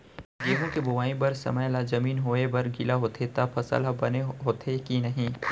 गेहूँ के बोआई बर समय ला जमीन होये बर गिला होथे त फसल ह बने होथे की नही?